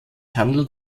handelt